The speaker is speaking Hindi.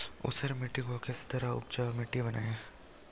ऊसर मिट्टी को किस तरह उपजाऊ मिट्टी बनाएंगे?